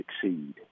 succeed